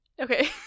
Okay